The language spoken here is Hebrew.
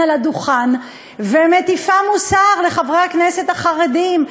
על הדוכן ומטיפה מוסר לחברי הכנסת החרדים,